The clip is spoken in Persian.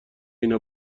اینا